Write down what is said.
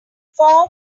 form